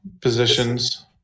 positions